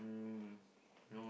um you know